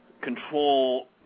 control